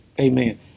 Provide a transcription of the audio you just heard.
Amen